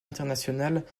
international